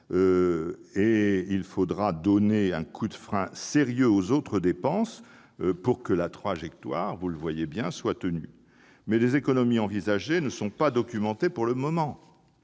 Il faudra donner au coup de frein sérieux aux autres dépenses pour que la trajectoire soit tenue, mais les économies envisagées ne sont pas documentées pour le moment